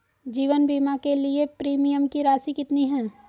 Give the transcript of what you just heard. जीवन बीमा के लिए प्रीमियम की राशि कितनी है?